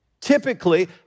typically